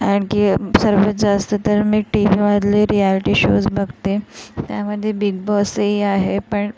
आणखी सर्वात जास्त तर मी टी वीमधले रियाल्टी शोज बघते त्यामध्ये बिगबॉसही आहे पण